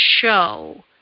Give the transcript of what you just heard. show